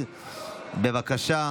שכונות),